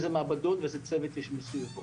איזה מעבדות ואיזה צוות יש מסביבו.